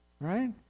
right